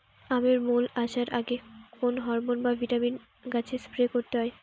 আমের মোল আসার আগে কোন হরমন বা ভিটামিন গাছে স্প্রে করতে হয়?